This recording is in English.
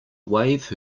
wave